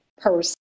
person